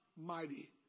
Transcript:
mighty